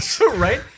right